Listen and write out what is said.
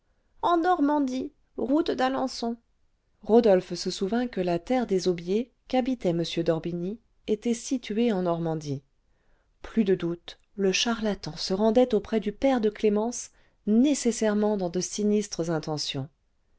en normandie route d'alençon rodolphe se souvint que la terre des aubiers qu'habitait m d'orbigny était située en normandie plus de doute le charlatan se rendait auprès du père de clémence nécessairement dans de sinistres intentions